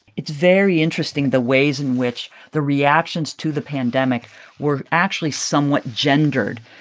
it's very interesting the ways in which the reactions to the pandemic were actually somewhat gendered.